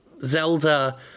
Zelda